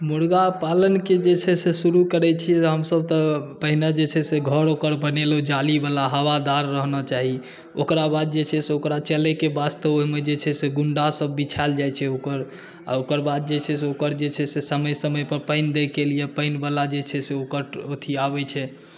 मुर्गा पालनके जे छै से शुरू करै छियै हमसब तऽ पहिने जे छै से घर ओकर बनेलहुॅं जाली वाला हवादार रहना चाही ओकरा बाद जे छै से ओकरा चलैके वास्ते ओहिमे जे छै से गुंडा सब बिछायल जाइ छै ओकर आ ओकर बाद जे छै से ओकर जे छै से समय समय पर पानि दैके लिये पानि वाला जे छै से ओकर अथी आबै छै